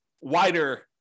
wider